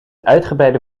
uitgebreide